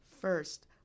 First